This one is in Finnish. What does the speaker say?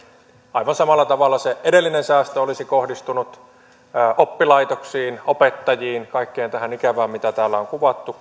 aivan samalla tavalla se edellinen säästö kuin tämäkin leikkaus olisi kohdistunut oppilaitoksiin opettajiin kaikkeen tähän ikävään mitä täällä on kuvattu